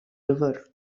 river